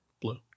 blue